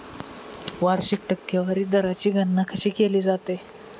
वार्षिक टक्केवारी दराची गणना कशी केली जाते?